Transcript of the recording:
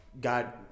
God